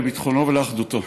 לביטחונו ולאחדותו.